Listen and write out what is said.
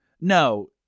No